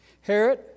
Herod